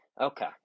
Okay